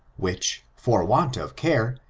which, for want of care,